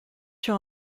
sur